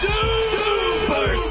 Super